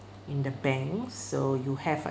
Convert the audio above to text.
in the bank so you have